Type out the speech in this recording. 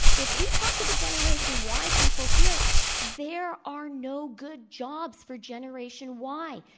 if we talk to the generation y, people here there are no good jobs for generation y.